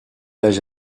âge